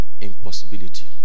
impossibility